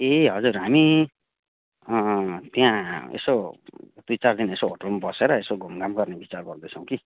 ए हजुर हामी त्यहाँ यसो दुई चार दिन यसो होटलमा बसेर यसो घुमघाम गर्ने विचार गर्दैछौँ कि